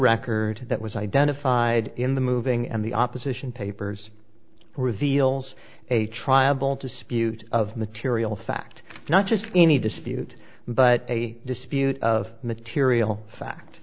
record that was identified in the moving and the opposition papers reveals a tribal dispute of material fact not just any dispute but a dispute of material fact